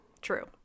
True